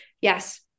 yes